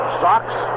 socks